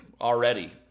already